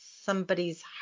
somebody's